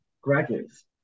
graduates